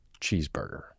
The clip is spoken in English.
cheeseburger